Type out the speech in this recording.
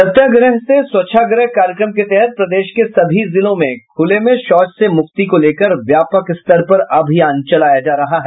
सत्याग्रह से स्वच्छाग्रह कार्यक्रम के तहत प्रदेश के सभी जिलों में खुले में शौच से मुक्ति को लेकर व्यापक स्तर पर अभियान चलाया जा रहा है